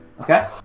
Okay